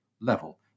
level